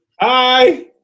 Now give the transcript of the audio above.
Hi